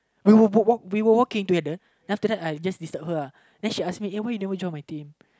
we were walk we were walking together then after that I just disturb her uh then she ask me uh why you never join my team